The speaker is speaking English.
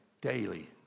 daily